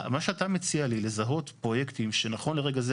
מה שאתה מציע לי לזהות פרויקטים שנכון לרגע זה,